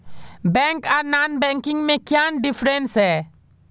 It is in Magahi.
बैंक आर नॉन बैंकिंग में क्याँ डिफरेंस है?